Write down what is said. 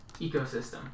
ecosystem